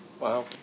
Wow